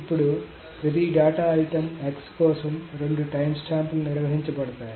ఇప్పుడు ప్రతి data item x కోసం రెండు టైమ్స్టాంప్లు నిర్వహించబడతాయి